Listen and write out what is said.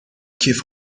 کیف